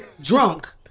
Drunk